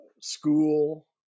school